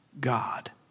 God